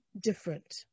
different